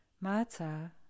Mata